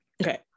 Okay